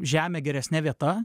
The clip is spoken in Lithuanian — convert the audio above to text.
žemę geresne vieta